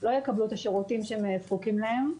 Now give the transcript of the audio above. לא יקבלו את השירותים שהם זקוקים להם,